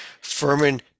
Furman